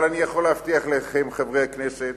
אבל אני יכול להבטיח לכם, חברי הכנסת,